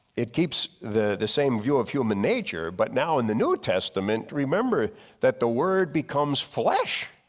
it keeps the the same view of human nature, but now in the new testament remember that the word becomes flesh.